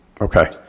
Okay